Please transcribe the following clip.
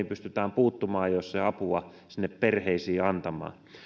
pystytään puuttumaan ajoissa ja apua sinne perheisiin antamaan